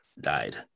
died